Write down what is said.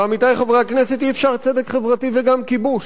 ועמיתי חברי הכנסת, אי-אפשר צדק חברתי וגם כיבוש.